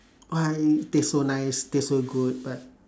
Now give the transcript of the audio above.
why taste so nice taste so good but